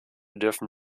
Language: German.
dürfen